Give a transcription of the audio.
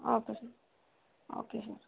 okay sir okay sir